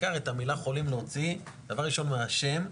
העיקר את המילה חולים להוציא דבר ראשון מהשם,